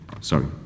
Sorry